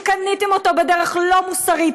שקניתם בדרך לא מוסרית,